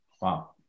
Wow